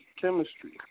chemistry